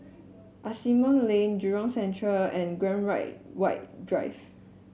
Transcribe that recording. Asimont Lane Jurong Central and Graham Right White Drive